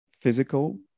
physical